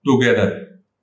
together